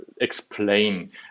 explain